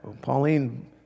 Pauline